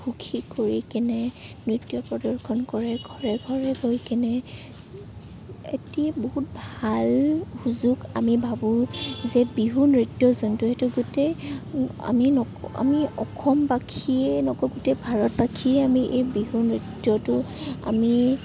সুখী কৰি কেনে নৃত্য প্ৰদৰ্শন কৰে ঘৰে ঘৰে গৈ কিনে এটি বহুত ভাল সুযোগ আমি ভাবোঁ যে বিহু নৃত্য যোনটো সেইটো গোটেই আমি ন আমি অসমবাসীয়ে নকওঁ গোটেই ভাৰতবাসীয়ে আমি এই বিহু নৃত্যটো আমি